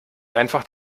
einfach